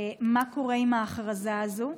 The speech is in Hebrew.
מה קורה עם ההכרזה הזו?